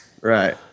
Right